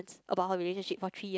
about her relationship for three years